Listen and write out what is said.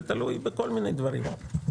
זה תלוי בכל מיני דברים.